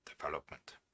development